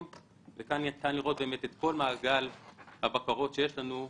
כאן ניתן לראות את כל מעגל הבקרות שיש לנו,